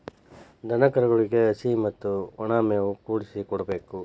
ದನಕರುಗಳಿಗೆ ಹಸಿ ಮತ್ತ ವನಾ ಮೇವು ಕೂಡಿಸಿ ಕೊಡಬೇಕ